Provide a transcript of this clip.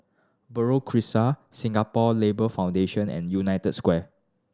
Buroh Crescent Singapore Labour Foundation and United Square